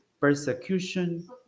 persecution